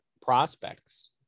prospects